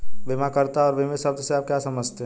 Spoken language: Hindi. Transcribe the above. बीमाकर्ता और बीमित शब्द से आप क्या समझते हैं?